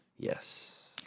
Yes